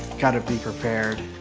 gotta be prepared.